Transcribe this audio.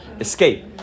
escape